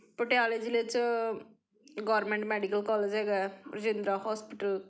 ਪਟਿਆਲੇ ਜ਼ਿਲ੍ਹੇ 'ਚ ਗੌਰਮੈਂਟ ਮੈਡੀਕਲ ਕੋਲੇਜ ਹੈਗਾ ਹੈ ਰਾਜਿੰਦਰਾ ਹੋਸਪੀਟਲ